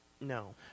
No